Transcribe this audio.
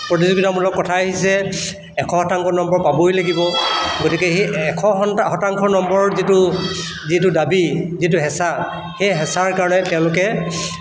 প্ৰতিযোগিতামূলক কথা আহিছে এশ শতাংশ নম্বৰ পাবই লাগিব গতিকে সেই এশ সন শতাংশ নম্বৰৰ যিটো যিটো দাবী যিটো হেঁচা সেই হেঁচাৰ কাৰণে তেওঁলোকে